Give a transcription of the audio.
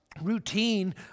routine